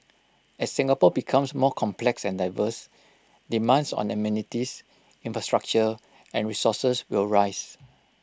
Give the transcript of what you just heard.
as Singapore becomes more complex and diverse demands on amenities infrastructure and resources will rise